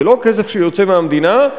זה לא כסף שיוצא מהמדינה,